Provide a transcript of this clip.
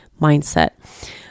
mindset